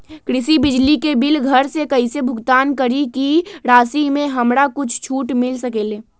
कृषि बिजली के बिल घर से कईसे भुगतान करी की राशि मे हमरा कुछ छूट मिल सकेले?